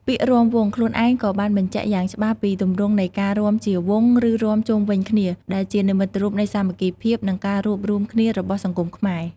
ពាក្យ "រាំវង់" ខ្លួនឯងក៏បានបញ្ជាក់យ៉ាងច្បាស់ពីទម្រង់នៃការរាំជាវង់ ឬរាំជុំវិញគ្នា ដែលជានិមិត្តរូបនៃសាមគ្គីភាព និងការរួបរួមគ្នារបស់សង្គមខ្មែរ។